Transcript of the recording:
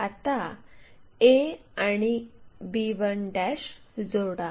आता a आणि b1 जोडा